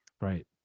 Right